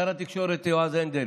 שר התקשורת יועז הנדל